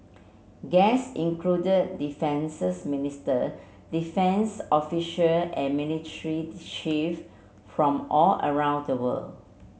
guest included defences minister defence official and chief from all around the world